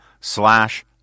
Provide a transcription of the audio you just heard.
slash